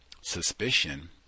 suspicion